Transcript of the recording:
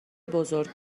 بزرگ